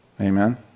Amen